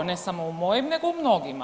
Ne samo u mojim, nego u mnogima.